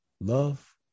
love